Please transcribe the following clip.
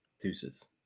deuces